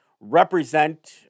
represent